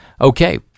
Okay